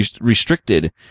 restricted